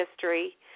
history